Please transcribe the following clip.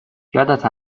یادت